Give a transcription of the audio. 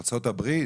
ארצות הברית?